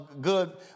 good